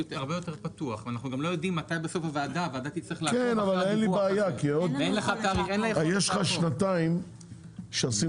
כן אבל אין לי בעיה כי יש לך שנתיים שעשינו